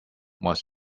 was